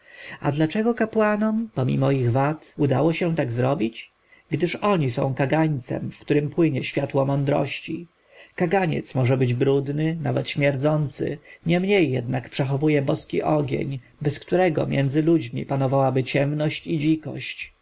a dlaczego kapłanom pomimo ich wad udało się tak zrobić gdyż oni są kagańcem w którym płonie światło mądrości kaganiec może być brudny nawet śmierdzący niemniej jednak przechowuje boski ogień bez którego między ludźmi panowałaby ciemność i dzikość